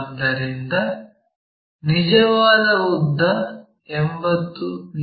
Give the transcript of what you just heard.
ಆದ್ದರಿಂದ ನಿಜವಾದ ಉದ್ದ 80 ಮಿ